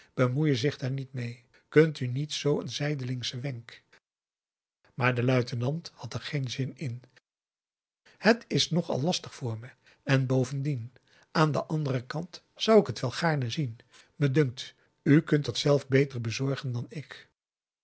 bemoeien zich daar niet mee kunt u niet zoo een zijdelingschen wenk maar de luitenant had er geen zin in het is nogal lastig voor me en bovendien aan den anderen kant zou ik het wel gaarne zien me dunkt u kunt dat zelf beter bezorgen dan ik